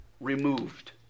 removed